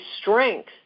strength